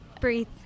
Breathe